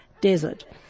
desert